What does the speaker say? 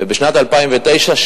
ובשנת 2009,